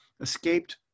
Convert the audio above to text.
escaped